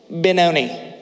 Benoni